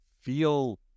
feel